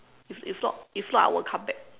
if if not if not I won't come back